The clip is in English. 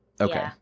Okay